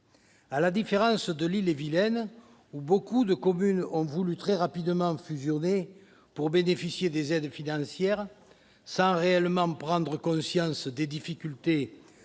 de celle de l'Ille-et-Vilaine, où beaucoup de communes ont voulu très rapidement fusionner pour bénéficier des aides financières, sans réellement prendre conscience des difficultés